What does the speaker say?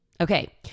Okay